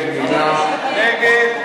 מי נגד?